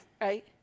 right